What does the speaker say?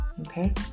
Okay